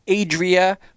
Adria